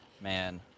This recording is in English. man